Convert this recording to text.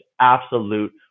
absolute